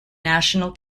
national